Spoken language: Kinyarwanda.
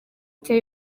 cya